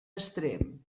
extrem